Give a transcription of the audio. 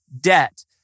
debt